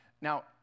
now